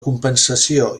compensació